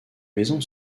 maison